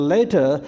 Later